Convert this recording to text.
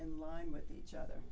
in line with each other